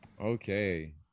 Okay